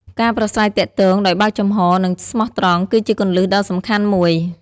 ការប្រាស្រ័យទាក់ទងដោយបើកចំហរ និងស្មោះត្រង់ គឺជាគន្លឹះដ៏សំខាន់មួយ។